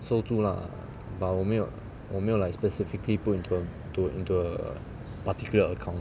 收住 lah but 我没有我没有 like specifically put into a into a particular account